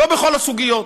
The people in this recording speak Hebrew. לא בכל הסוגיות,